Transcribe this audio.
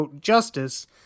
Justice